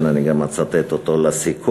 אני גם אצטט אותו לסיכום.